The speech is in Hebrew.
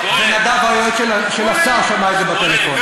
ונדב היועץ של השר שמע את זה בטלפון.